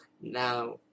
now